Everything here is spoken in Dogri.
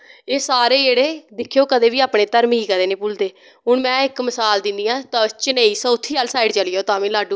एह् सारे जेह्ड़े दिखेओ कदें बीअपने धर्म गी कदें नी भुलदे हून में इक मसाल दिन्नी आं चनेई साऊथ आह्ली साईड चली जाओ ता बी लाड्डू